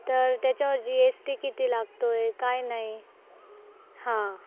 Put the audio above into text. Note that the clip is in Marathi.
तर त्याच्यावर जी एस टी किती लागतोय काय नाही हां